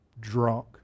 drunk